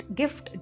gift